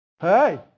Hey